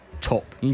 top